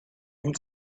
and